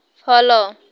follow